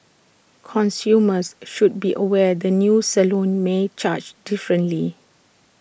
consumers should be aware the new salon may charge differently